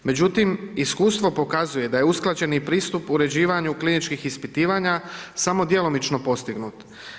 Međutim, iskustvo pokazuje da je usklađeni pristup uređivanju kliničkih ispitivanja samo djelomično postignut.